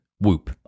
Whoop